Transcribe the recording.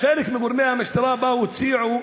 חלק מגורמי המשטרה, והציעו